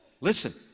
listen